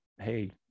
hey